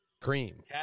Cream